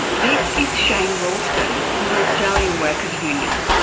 this is shane roulstone from the australian workers union.